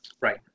Right